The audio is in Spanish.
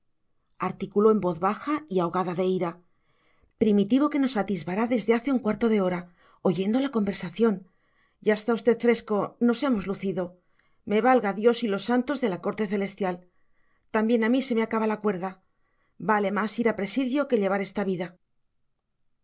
articuló en voz baja y ahogada de ira primitivo que nos atisbará hace un cuarto de hora oyendo la conversación ya está usted fresco nos hemos lucido me valga dios y los santos de la corte celestial también a mí se me acaba la cuerda vale más ir a presidio que llevar esta vida